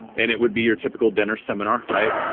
and it would be your typical dinner-seminar, right?